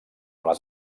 les